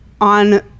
on